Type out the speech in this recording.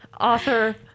author